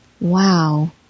Wow